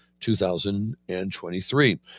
2023